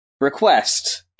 request